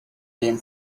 game